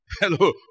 Hello